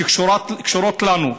שקשורות אלינו.